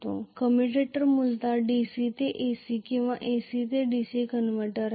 commutator मूलतः DC ते AC किंवा AC ते DC कन्व्हर्टर असते